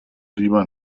lieber